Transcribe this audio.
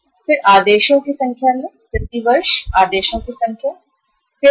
फिर आदेशों की संख्या लें प्रति वर्ष आदेशों की संख्या प्रति वर्ष आदेशों की संख्या